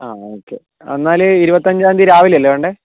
അ okay എന്നാല് ഇരുപത്തഞ്ചാദി രാവില്ലല്ലേ വേണ്ടേ